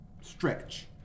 stretch